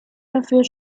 dafür